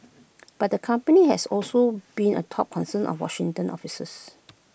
but the company has also been A top concern of Washington officials